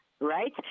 right